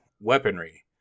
weaponry